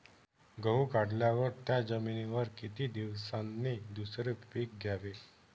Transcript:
गहू काढल्यावर त्या जमिनीवर किती दिवसांनी दुसरे पीक घ्यावे?